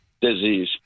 disease